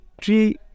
three